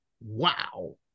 wow